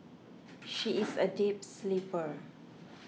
she is a deep sleeper